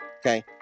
okay